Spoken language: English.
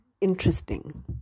interesting